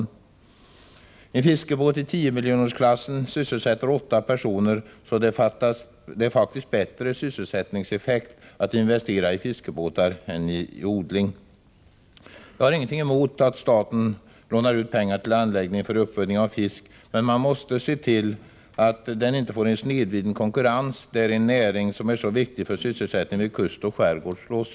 Nr 106 En fiskebåt i tiomiljonersklassen sysselsätter åtta personer, så det ger Tisdagen den faktiskt bättre sysselsättningseffekt att investera i fiskebåtar än i odling. 26 mars 1985 Jag har ingenting emot att staten lånar ut pengar till anläggningar för uppfödning av fisk, men man måste då se till att man inte får en snedvriden Om angelägenkonkurrens som slår ut en näring som är så viktig för sysselsättningen i kust — heten av statligt lån och skärgård.